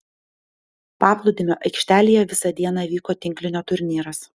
paplūdimio aikštelėje visą dieną vyko tinklinio turnyras